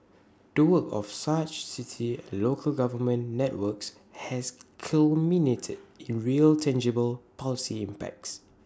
the work of such city and local government networks has culminated in real tangible policy impacts